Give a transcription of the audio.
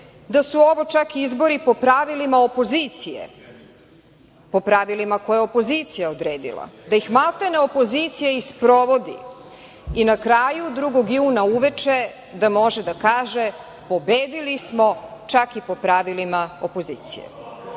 da su ovo čak i izbori po pravilima opozicije, po pravilima koje je opozicija odredila, da ih maltene opozicija i sprovodi i na kraju 2. juna uveče da može da kaže – pobedili smo čak i po pravilima opozicije.